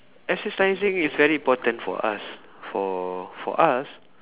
exercising is very important for us for for us